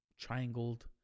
triangled